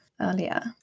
earlier